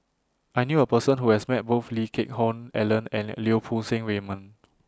I knew A Person Who has Met Both Lee Geck Hoon Ellen and Lau Poo Seng Raymond